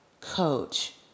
coach